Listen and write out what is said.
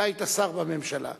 אתה היית שר בממשלה.